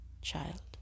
child